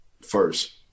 first